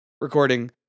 recording